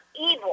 evil